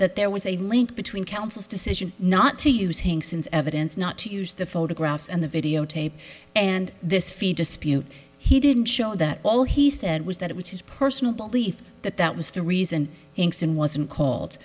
that there was a link between council's decision not to use hank since evidence not to use the photographs and the videotape and this feed dispute he didn't show that all he said was that it was his personal belief that that was the reason thanks and wasn't called